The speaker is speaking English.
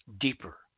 deeper